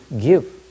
give